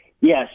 Yes